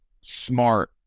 smart